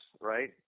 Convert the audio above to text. right